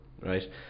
right